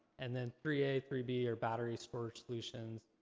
and then three a, three b, are battery storage solutions.